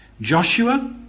Joshua